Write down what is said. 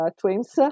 twins